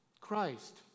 Christ